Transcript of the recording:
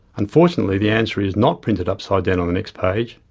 unfortunately, the answer is not printed upside down on the next page,